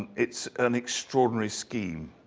it's an extraordinary scheme.